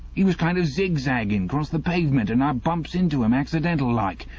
e was kind of zig-zagging across the pavement, and i bumps into im accidental-like.